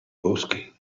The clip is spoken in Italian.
boschi